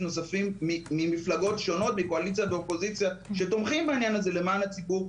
נוספים ממפלגות שונות שתומכים בעניין הזה למען הציבור.